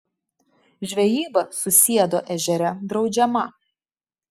žvejyba susiedo ežere draudžiama